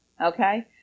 okay